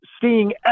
seeing